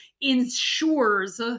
ensures